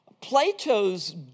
Plato's